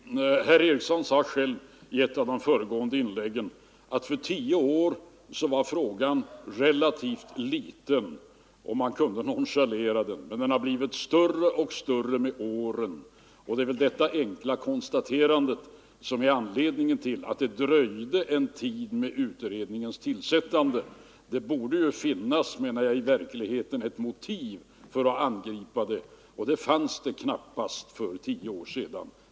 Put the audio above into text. Herr talman! Herr Eriksson i Arvika sade själv i ett tidigare inlägg att för tio år sedan var detta en relativt liten fråga, som man kunde nonchalera, men den har blivit större och större med åren. Det var väl just detta enkla faktum som var anledningen till att det dröjde en tid med tillsättandet av utredningen. Jag menade att det ju i verkligheten borde finnas ett motiv för att angripa problemet, och det fanns knappast för tio år sedan.